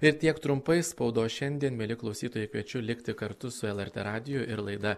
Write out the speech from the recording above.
ir tiek trumpai spaudos šiandien mieli klausytojai kviečiu likti kartu su lrt radiju ir laida